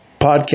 podcast